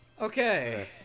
okay